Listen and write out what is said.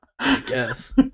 Yes